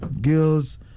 girls